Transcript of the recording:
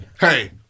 Hey